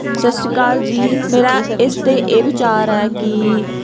ਸਤਿ ਸ਼੍ਰੀ ਅਕਾਲ ਜੀ ਮੇਰਾ ਇਸ 'ਤੇ ਇਹ ਵਿਚਾਰ ਹੈ ਕਿ